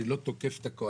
אני לא תוקף את הקואליציה,